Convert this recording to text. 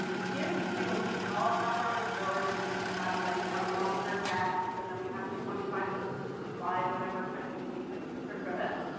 give, you know, we all have our reports, we have like a longer decks, and then we have the twenty five slide, whatever, presentations, which are good,